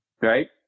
Right